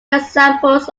examples